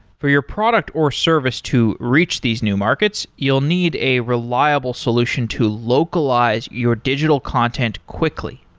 for your product or service to reach these new markets, you'll need a reliable solution to localize your digital content quickly.